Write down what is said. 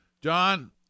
John